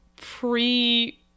pre-